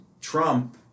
Trump